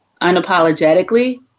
unapologetically